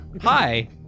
Hi